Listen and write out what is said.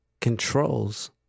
controls